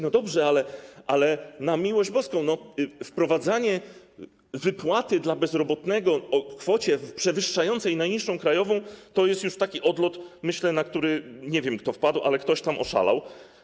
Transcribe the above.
No dobrze, ale na miłość boską, wprowadzanie wypłaty dla bezrobotnego w kwocie przewyższającej najniższą krajową to jest już taki odlot, na który nie wiem, kto wpadł, ale ktoś tam oszalał.